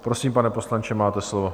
Prosím, pane poslanče, máte slovo.